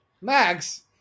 max